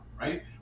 right